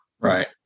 Right